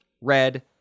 red